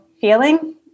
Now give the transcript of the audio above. feeling